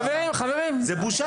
זו בושה.